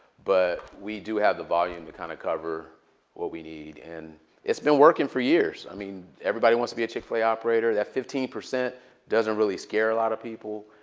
but we do have the volume to kind of cover what we need. and it's been working for years i mean, everybody wants to be a chick-fil-a operator. that fifteen percent doesn't really scare a lot of people.